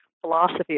philosophy